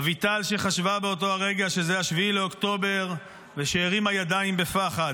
אביטל שחשבה באותו הרגע שזה 7 באוקטובר והרימה ידיים בפחד.